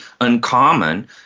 uncommon